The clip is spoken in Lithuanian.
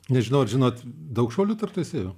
nežinau ar žinot daug šaulių tarp teisėjų